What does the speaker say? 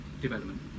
development